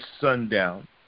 sundown